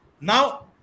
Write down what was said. now